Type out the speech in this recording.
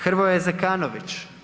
Hrvoje Zekanović.